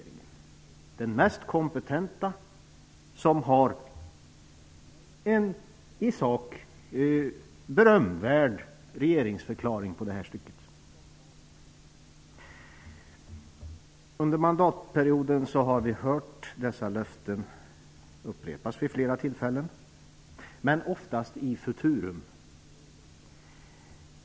Den är den mest kompetenta, och den har en i sak berömvärd regeringsförklaring i detta stycke. Under mandatperioden har vi hört dessa löften upprepas vid flera tillfällen, men oftast i futurum.